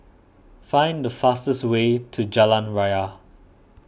find the fastest way to Jalan Raya